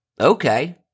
Okay